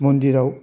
मन्दिराव